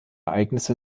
ereignisse